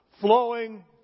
flowing